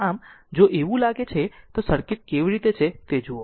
આમ જો એવું લાગે છે તો સર્કિટ કેવી છે તે જુઓ